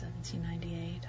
1798